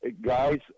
Guys